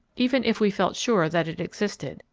even if we felt sure that it existed,